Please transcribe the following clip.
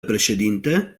președinte